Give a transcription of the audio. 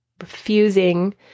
refusing